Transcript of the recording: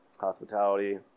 Hospitality